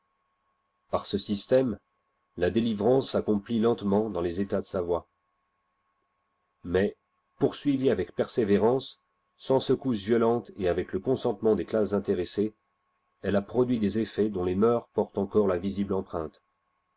par ce système la délivrance s'accomplit lentement dans les états de savoie mais poursuivie avec persévérance sans secousses violentes et avec le consentement des classes intéressées elle a produit des effets dont les mœurs portent encore la visible empreinte